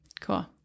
Cool